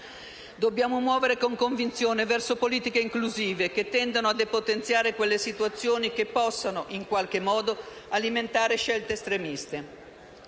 Dobbiamo muovere con convinzione verso politiche inclusive che tendano a depotenziare quelle situazioni che possano, in qualche modo, alimentare scelte estremiste.